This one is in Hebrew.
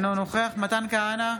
אינו נוכח מתן כהנא,